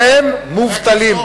הם מובטלים.